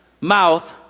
mouth